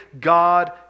God